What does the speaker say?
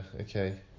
okay